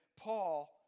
Paul